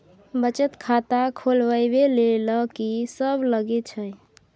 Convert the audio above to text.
बचत खाता खोलवैबे ले ल की सब लगे छै?